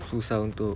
susah untuk